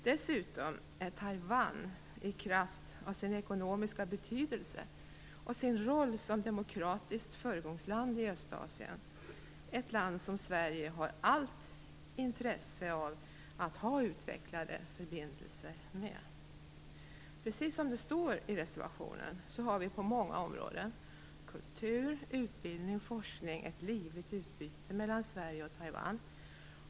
Dessutom är Taiwan i kraft av sin ekonomiska betydelse och sin roll som demokratiskt föregångsland i Östasien ett land som Sverige har allt intresse av att ha utvecklade förbindelser med. Precis som det står i reservationen har vi på många områden - kultur, utbildning och forskning - ett livligt utbyte mellan Sverige och Taiwan.